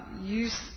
use